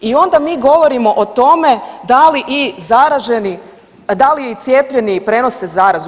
I onda mi govorimo o tome da li i zaraženi, da li i cijepljeni prenose zarazu.